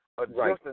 adjusting